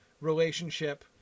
relationship